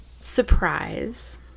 Surprise